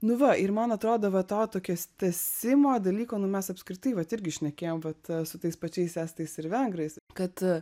nu va ir man atrodo va to tokios tęsimo dalyko nu mes apskritai vat irgi šnekėjom vat su tais pačiais estais ir vengrais kad